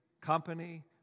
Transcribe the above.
company